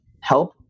help